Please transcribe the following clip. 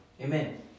Amen